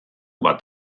bat